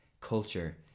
culture